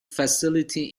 facility